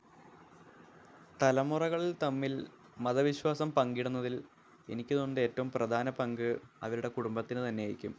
തലമുറകൾ തമ്മിൽ മത വിശ്വാസം പങ്കിടുന്നതിൽ എനിക്ക് തോന്നുന്നത് ഏറ്റവും പ്രധാന പങ്ക് അവരുടെ കുടുംബത്തിന് തന്നെയായിരിക്കും